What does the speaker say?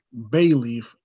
Bayleaf